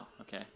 okay